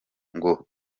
ngo